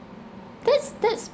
that's that's